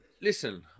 Listen